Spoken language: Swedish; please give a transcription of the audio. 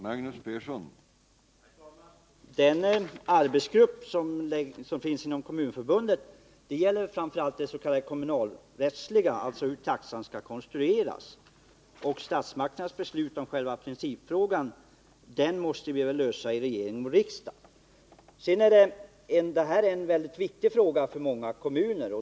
Herr talman! Arbetsgruppen inom Kommunförbundet har framför allt till uppgift att utreda den kommunalrättsliga sidan, dvs. hur taxan skall konstrueras. Statsmakternas beslut i själva principfrågan måste fattas av regering och riksdag. Detta är en väldigt viktig fråga för många kommuner.